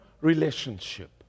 relationship